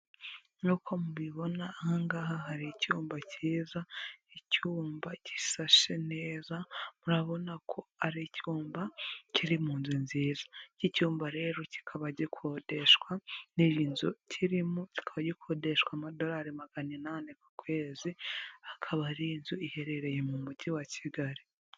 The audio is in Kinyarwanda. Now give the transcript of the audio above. Nkuko mubibona aha ngaha hari icyumba cyiza, icyumba gisashe neza, murabona ko ari icyumba kiri mu nzu nziza. Iki cyumba rero kikaba gikodeshwa n'iyi nzu kirimo, kikaba gikodeshwa amadolari magana inani ku kwezi, akaba ari inzu iherereye mu Mujyi wa Kigali.